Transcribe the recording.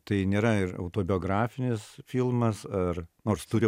tai nėra autobiografinis filmas ar nors turi